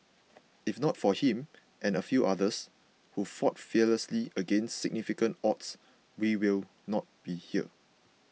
if not for him and a few others who fought fearlessly against significant odds we will not be here